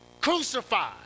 crucified